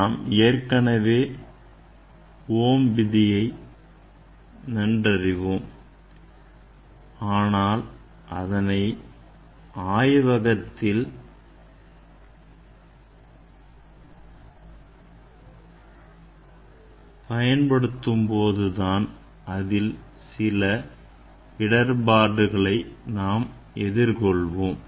நாம் ஏற்கனவே ஓம் விதியை நன்கறிவோம் ஆனா அதனை ஆய்வகத்தில் பயன்படுத்தும் போதுதான் அதில் சில இடர்பாடுகளை நாம் எதிர்கொள்வோம்